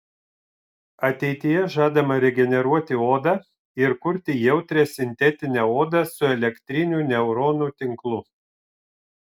ateityje žadama regeneruoti odą ir kurti jautrią sintetinę odą su elektriniu neuronų tinklu